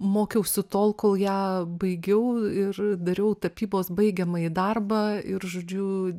mokiausi tol kol ją baigiau ir dariau tapybos baigiamąjį darbą ir žodžiu